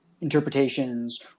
interpretations